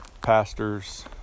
pastors